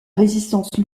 résistance